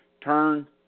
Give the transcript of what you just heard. turn